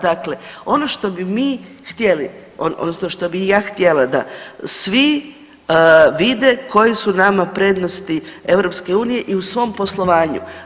Dakle, ono što bi htjeli odnosno što bi ja htjela da svi vide koje su nama prednosti EU i u svom poslovanju.